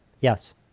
Yes